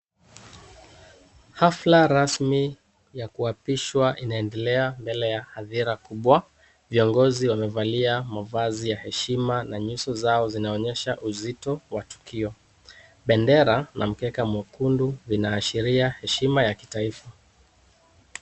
Hafla rasmi ya kuapishwa inaendelea mbele ya hadhira kubwa. Viongozi wamevalia mavazi ya heshima na nyuso zao zinaonyesha uzito wa tukio. Bendera na mkeka mwekundu inaashiria heshima ya kitaifa.